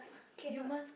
cannot